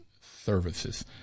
services